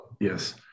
yes